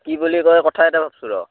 কি বুলি কয় কথা এটা ভাবছোঁ ৰ